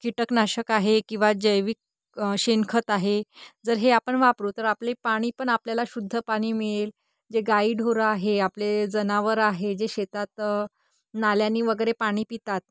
कीटकनाशक आहे किंवा जैविक शेणखत आहे जर हे आपण वापरू तर आपले पाणी पण आपल्याला शुद्ध पाणी मिळेल जे गाई ढोरं आहे आपले जनावर आहे जे शेतात नाल्यांनी वगैरे पाणी पितात